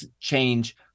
change